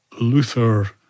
Luther